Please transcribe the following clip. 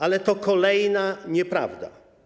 Ale to kolejna nieprawda.